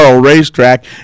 Racetrack